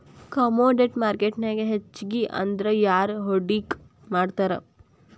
Commodity ಮಾರ್ಕೆಟ್ನ್ಯಾಗ್ ಹೆಚ್ಗಿಅಂದ್ರ ಯಾರ್ ಹೂಡ್ಕಿ ಮಾಡ್ತಾರ?